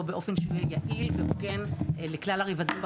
באופן שיהיה יעיל והוגן לכלל הרבדים בחברה.